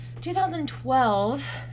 2012